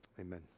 amen